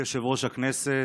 אדוני יושב-ראש הכנסת,